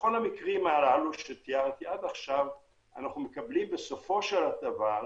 בכל המקרים הללו שתיארתי עד עכשיו אנחנו מקבלים בסופו של דבר